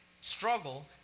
struggle